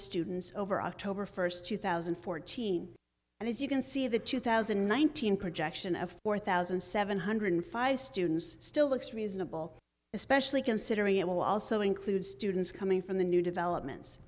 students over october first two thousand and fourteen and as you can see the two thousand one thousand projection of four thousand seven hundred five students still looks reasonable especially considering it will also include students coming from the new developments